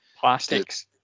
plastics